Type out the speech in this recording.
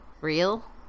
Real